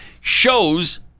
shows